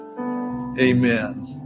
amen